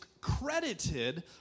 credited